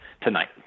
tonight